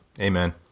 Amen